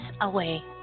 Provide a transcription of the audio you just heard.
away